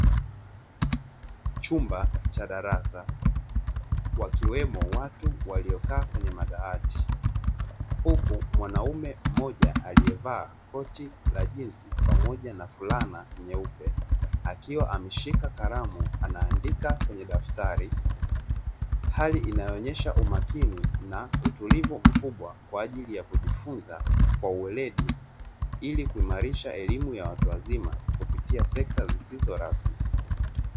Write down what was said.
Chumba cha darasa wakiwemo watu waliokaa kwenye madawati huku mwanaume mmoja aliyevaa koti la jinsi pamoja na fulana nyeupe akiwa ameshika kalamu anaandika kwenye daftari hali inayoonyesha umakini na utulivu mkubwa kwa ajili ya kujifunza kwa weledi ili kuimarisha elimu ya watu wazima kupitia sekta zisizo rasmi.